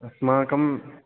अस्माकं